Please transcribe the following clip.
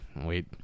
wait